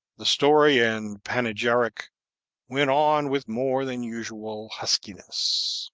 the story and panegyric went on with more than usual huskiness.